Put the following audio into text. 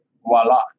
voila